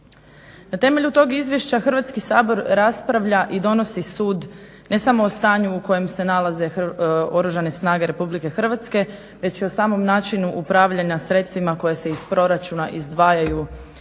Na temelju tog izvješća Hrvatski sabor raspravlja i donosi sud ne samo o stanju u kojem se nalaze Oružane snage RH već i o samom načinu upravljanja sredstvima koja se iz proračuna izdvajaju za